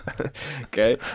Okay